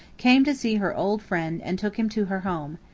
came to see her old friend and took him to her home.